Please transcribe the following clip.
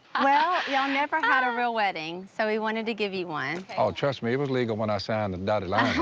well, y'all never had a real wedding, so we wanted to give you one! oh trust me, it was legal when i signed the dotted line.